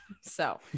So-